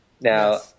Now